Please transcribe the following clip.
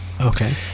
Okay